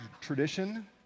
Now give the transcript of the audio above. tradition